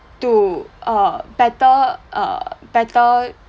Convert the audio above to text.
to err better err better